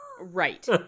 right